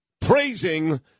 praising